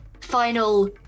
final